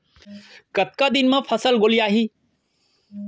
कतका दिन म फसल गोलियाही?